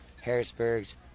Harrisburg's